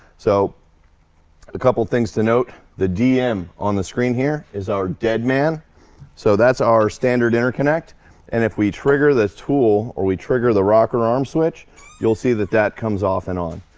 so a couple things to note the dm on the screen here is our dead man so that's our standard interconnect and if we trigger the tool or we trigger the rocker arm switch you'll see that that comes off and on.